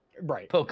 Right